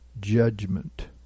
judgment